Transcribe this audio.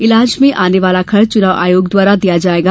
इलाज में आने वाला खर्च चुनाव आयोग द्वारा दिया जाएगा